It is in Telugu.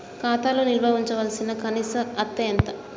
ఖాతా లో నిల్వుంచవలసిన కనీస అత్తే ఎంత?